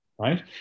right